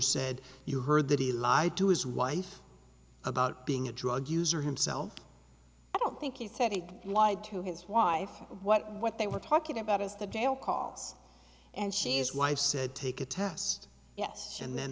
said you heard that he lied to his wife about being a drug user himself i don't think he said he lied to his wife what what they were talking about is the jail costs and she's wife said take a test yes and then